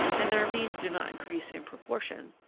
and their means do not increase in proportion,